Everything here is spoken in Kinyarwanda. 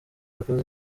akazi